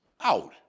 out